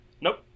Nope